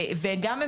בנוסף,